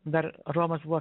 dar romas buvo